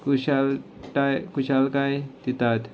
कुशाळटाय खुशालकाय दितात